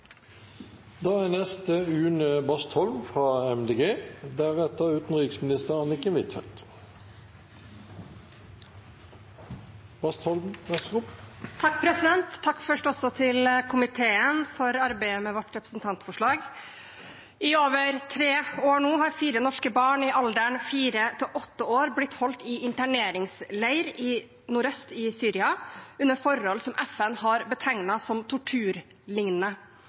Takk til komiteen for arbeidet med vårt representantforslag. I over tre år nå har fire norske barn i alderen fire til åtte år blitt holdt i interneringsleirer nordøst i Syria under forhold som FN har betegnet som torturlignende.